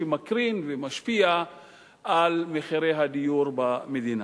שמקרין ומשפיע על מחירי הדיור במדינה.